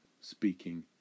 speaking